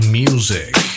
music